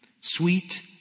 sweet